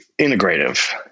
integrative